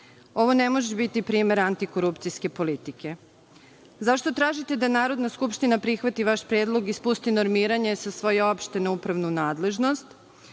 ne može biti primer antikorupcijske politike. Zašto tražite da Narodna skupština prihvati vaš predlog i spusti normiranje sa svoje opšte na upravnu nadležnost?